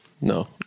No